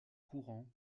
courant